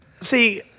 See